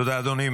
תודה, אדוני.